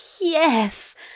yes